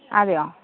അതെയോ